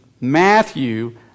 Matthew